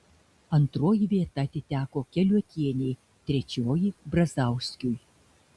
antroji vieta atiteko keliuotienei trečioji brazauskiui